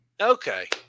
Okay